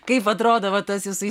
kaip atrodo va tas jūsų įsi